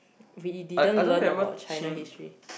we didn't learn about China history